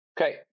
Okay